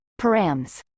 params